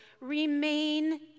remain